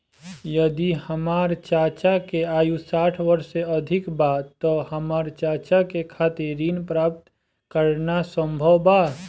यदि हमार चाचा के आयु साठ वर्ष से अधिक बा त का हमार चाचा के खातिर ऋण प्राप्त करना संभव बा?